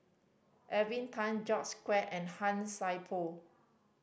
Tan George Quek and Han Sai Por